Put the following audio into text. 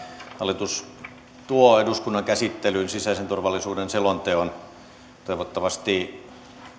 hallitus tuo eduskunnan käsittelyyn sisäisen turvallisuuden selonteon toivottavasti